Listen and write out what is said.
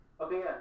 Okay